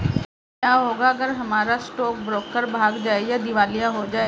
क्या होगा अगर हमारा स्टॉक ब्रोकर भाग जाए या दिवालिया हो जाये?